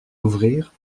ouvrir